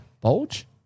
bulge